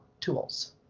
tools